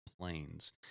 planes